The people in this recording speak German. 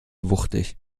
wuchtig